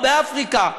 או באפריקה,